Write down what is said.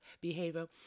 behavior